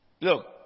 Look